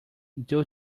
due